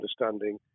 understanding